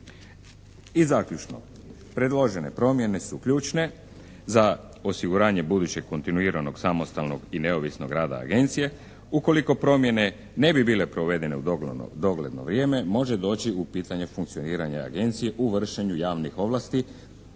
I zaključno, predložene promjene su ključne za osiguranje budućeg kontinuiranog samostalnog i neovisnog rada agencije. Ukoliko promjene ne bi bile provedene u dogledno vrijeme može doći u pitanje funkcioniranje agencije u vršenju javnih ovlasti